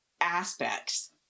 aspects